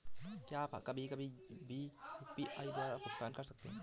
क्या हम कभी कभी भी यू.पी.आई द्वारा भुगतान कर सकते हैं?